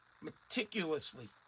meticulously